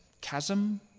chasm